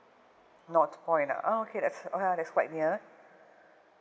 northpoint lah okay that's ah that's quite near